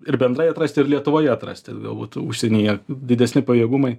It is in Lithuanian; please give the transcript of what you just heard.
ir bendrai atrasti ir lietuvoje atrasti galbūt užsienyje didesni pajėgumai